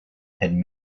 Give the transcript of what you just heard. had